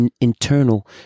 internal